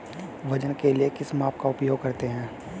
वजन के लिए किस माप का उपयोग करते हैं?